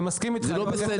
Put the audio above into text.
אני מסכים איתך.